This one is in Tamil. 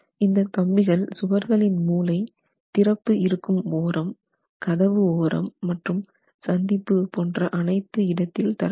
இந்த கம்பிகள் சுவர்களின் மூலை திறப்பு இருக்கும் ஓரம் கதவு ஓரம் மற்றும் சந்திப்பு போன்று அனைத்து இடத்தில் தரவேண்டும்